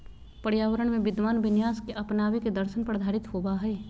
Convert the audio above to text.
पर्यावरण में विद्यमान विन्यास के अपनावे के दर्शन पर आधारित होबा हइ